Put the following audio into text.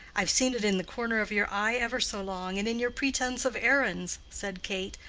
i have seen it in the corner of your eye ever so long, and in your pretense of errands, said kate,